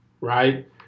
right